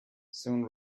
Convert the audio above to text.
soon